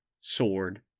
sword